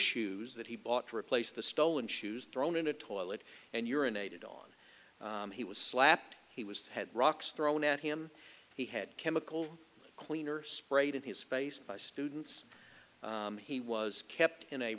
shoes that he bought to replace the stolen shoes thrown in a toilet and urinated on he was slapped he was had rocks thrown at him he had chemical cleaner sprayed in his face by students he was kept in a